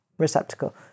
receptacle